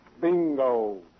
Bingo